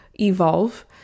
evolve